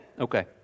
Okay